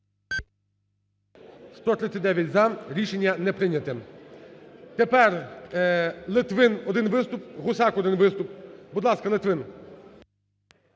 За-139 Рішення не прийнято. Тепер Литвин – один виступ, Гусак – один виступ. Будь ласка, Литвин.